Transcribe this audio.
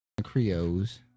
Creos